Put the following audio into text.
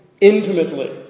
Intimately